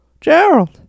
Gerald